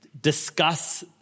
discuss